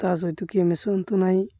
ତା ସହିତ କିଏ ମିଶନ୍ତୁ ନାହିଁ